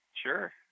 Sure